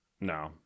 No